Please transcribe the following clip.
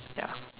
ya